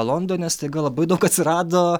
londone staiga labai daug atsirado